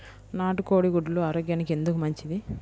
నాటు కోడి గుడ్లు ఆరోగ్యానికి ఎందుకు మంచిది?